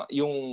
yung